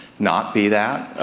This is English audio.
not be that.